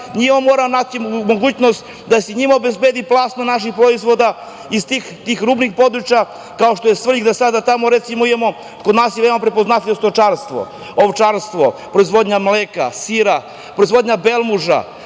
Njima moramo da nađemo mogućnost da se i njima obezbedi plasman naših proizvoda iz tih rubnih područja, kao što je Svrljig, da sada tamo recimo imamo, kod nas je veoma prepoznatljivo stočarstvo, ovčarstvo, proizvodnja mleka, sira, proizvodnja belmuža.